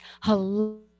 hello